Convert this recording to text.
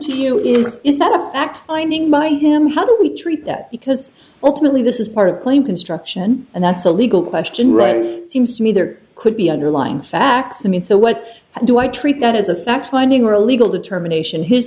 this is not a fact finding my him how do we treat that because ultimately this is part of claim construction and that's a legal question runny seems to me there could be underlying facts i mean so what do i treat not as a fact finding or a legal determination his